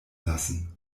lassen